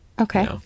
okay